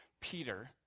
Peter